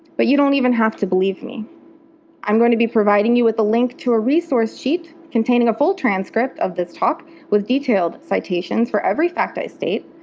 but you don't even have to believe me i um will be providing you with a link to a resource sheet containing a full transcript of this talk with detailed citations for every fact i state,